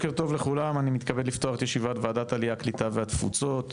אני מתכבד לפתוח את ישיבת ועדת עלייה קליטה והתפוצות.